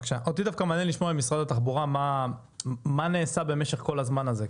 אותי דווקא מעניין לשמוע ממשרד התחבורה מה נעשה במשך כל הזמן הזה,